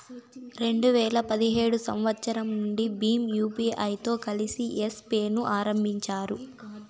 రెండు వేల పదిహేడు సంవచ్చరం నుండి భీమ్ యూపీఐతో కలిసి యెస్ పే ను ఆరంభించారు